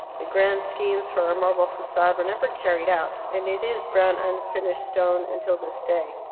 the grand schemes for a marble facade were never carried out, and it is brown unfinished stone until this day.